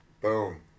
Boom